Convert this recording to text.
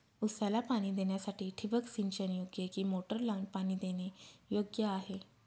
ऊसाला पाणी देण्यासाठी ठिबक सिंचन योग्य कि मोटर लावून पाणी देणे योग्य आहे?